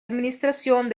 administración